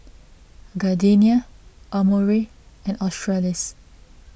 Gardenia Amore and Australis